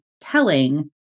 telling